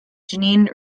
jeanne